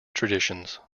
traditions